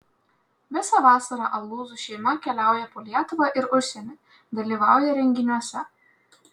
visą vasarą alūzų šeima keliauja po lietuvą ir užsienį dalyvauja renginiuose